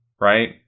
Right